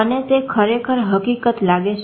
અને તે ખરેખર હકીકત લાગે છે